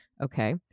Okay